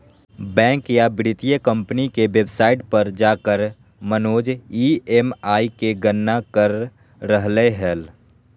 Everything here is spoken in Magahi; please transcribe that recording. बैंक या वित्तीय कम्पनी के वेबसाइट पर जाकर मनोज ई.एम.आई के गणना कर रहलय हल